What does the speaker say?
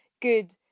good